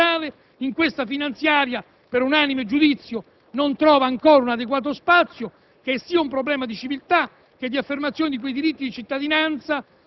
la cui esigenza di inclusione sociale in questa finanziaria, per unanime giudizio, non trova ancora un adeguato spazio, e per affrontare un problema di civiltà